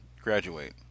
graduate